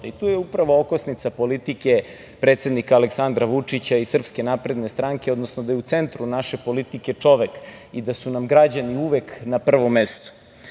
je upravo okosnica politike predsednika Aleksandra Vučića i SNS, odnosno da je u centru naše politike čovek i da su nam građani uvek na prvom mestu.